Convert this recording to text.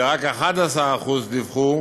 ורק 11% דיווחו